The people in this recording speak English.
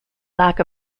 lack